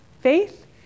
faith